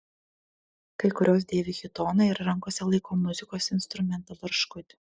kai kurios dėvi chitoną ir rankose laiko muzikos instrumentą barškutį